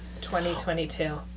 2022